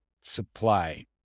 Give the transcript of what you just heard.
supply